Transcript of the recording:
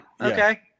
Okay